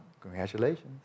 congratulations